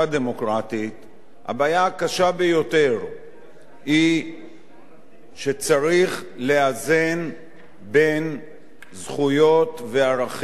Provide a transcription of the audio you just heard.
הבעיה הקשה ביותר היא שצריך לאזן בין זכויות וערכים שעליהם רוצים לשמור.